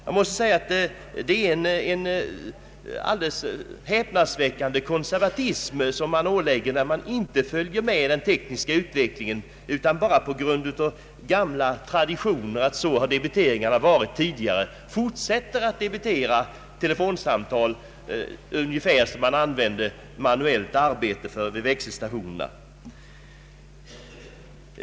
Jag måste säga att man ådagalägger en alldeles häpnadsväckande konservatism när man inte följer med den tekniska utvecklingen utan bara på grund av gamla traditioner och med hänvisning till att debiteringarna skett så tidigare fortsätter att debitera telefonsamtal ungefär som när man förr använde manuellt arbete vid växelstationerna.